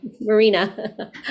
Marina